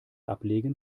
ablegen